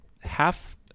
half-